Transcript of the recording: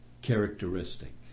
characteristic